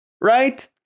right